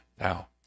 Now